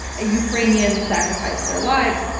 ah ukrainians sacrificed their lives.